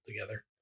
together